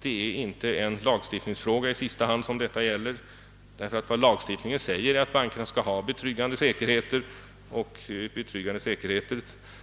Det är emellertid inte i sista hand en lagstiftningsfråga det här gäller. Lagstiftningen föreskriver att bankerna skall ha betryggande säkerheter.